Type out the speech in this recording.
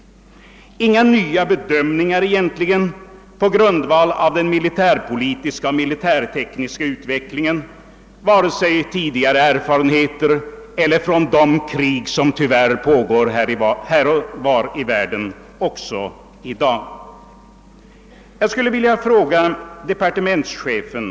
Man gör egentligen inte heller någon ny bedömning på grundval av den militärpolitiska och militärtekniska utvecklingen vare sig med hän syn till tidigare erfarenheter eller med hänsyn till rön från de krig, som tyvärr också i dag pågår här och var ute i världen. Jag vill ställa en fråga till departementschefen.